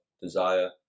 desire